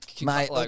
Mate